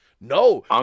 No